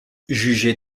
jugé